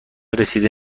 رسیده